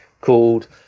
called